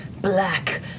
black